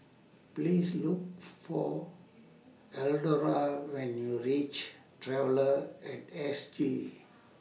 Please Look For Eldora when YOU REACH Traveller At S G